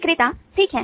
विक्रेता ठीक है